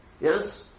Yes